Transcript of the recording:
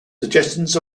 suggestions